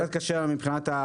קצת קשה לנו,